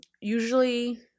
usually